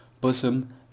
bosom